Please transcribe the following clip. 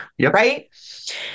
right